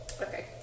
Okay